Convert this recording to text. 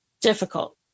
difficult